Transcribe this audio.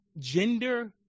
gender